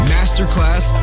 Masterclass